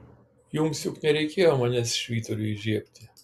jums juk nereikėjo manęs švyturiui įžiebti